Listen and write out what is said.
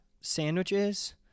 sandwiches